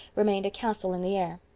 remained a castle in the air.